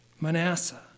Manasseh